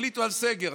החליטו על סגר.